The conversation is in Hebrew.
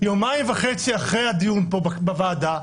יומיים וחצי אחרי הדיון פה בוועדה,